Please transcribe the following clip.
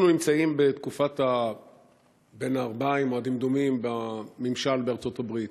אנחנו נמצאים בתקופת בין הערביים או הדמדומים בממשל בארצות-הברית.